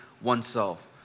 oneself